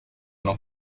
noch